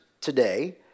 today